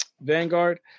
Vanguard